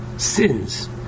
Sins